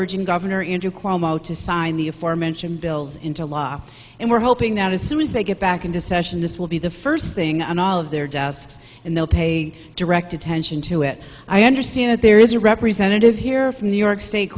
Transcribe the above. urging governor into cuomo to sign the aforementioned bills into law and we're hoping that as soon as they get back into session this will be the first thing on all of their desks and they'll pay direct attention to it i understand that there is a representative here from new york state